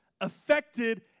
affected